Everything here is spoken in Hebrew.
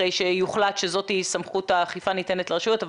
אחרי שיוחלט שזאת סמכות האכיפה שניתנת לרשויות,